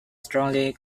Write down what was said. strongly